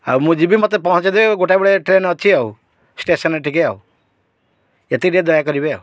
ଆଉ ମୁଁ ଯିବି ମୋତେ ପହଞ୍ଚେଇଦେବେ ଗୋଟା ବେଳେ ଟ୍ରେନ୍ ଅଛି ଆଉ ଷ୍ଟେସନରେ ଟିକିଏ ଆଉ ଏତିକି ଟିକିଏ ଦୟା କରିବେ ଆଉ